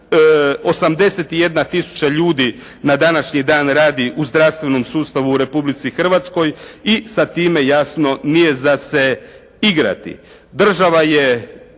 tisuća ljudi na današnji dan radi u zdravstvenom sustavu u Republici Hrvatskoj i sa time jasno nije za se igrati.